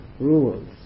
rules